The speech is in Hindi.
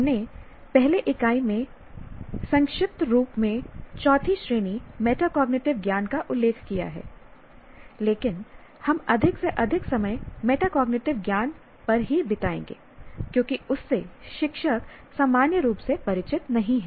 हमने पहले इकाई में संक्षिप्त रूप में चौथी श्रेणी मेटाकॉग्निटिव ज्ञान का उल्लेख किया है लेकिन हम अधिक से अधिक समय मेटाकॉग्निटिव ज्ञान पर ही बिताएंगे क्योंकि उससे शिक्षक सामान्य रूप से परिचित नहीं है